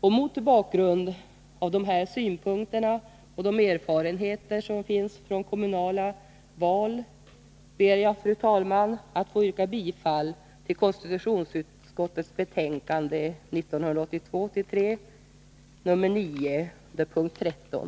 Med det anförda och mot bakgrund av de erfarenheter som finns från kommunala val ber jag att få yrka bifall till utskottets hemställan under punkt 13.